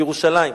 בירושלים,